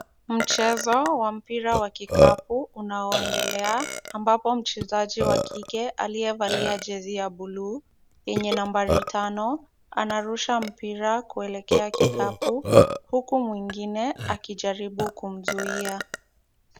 Mchezo wa mpira wa kikapu unaoendelea, ambapo mchezaji wa kike aliyevalia jezi ya buluu yenye nambari tano, anarusha mpira kuelekea kikapu, huku mwingine akijaribu kumzuia.